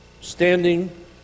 standing